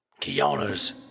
Kiana's